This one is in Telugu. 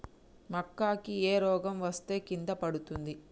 మక్కా కి ఏ రోగం వస్తే కింద పడుతుంది?